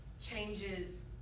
changes